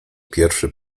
pierwszy